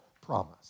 promise